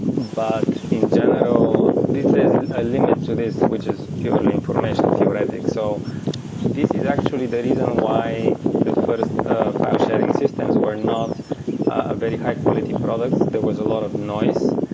but in general, there's a limit to this, which is purely information theoretic. so this is actually the reason why the first file sharing systems were not ah very high quality products. there was a lot of noise,